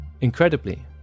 Incredibly